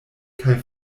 kaj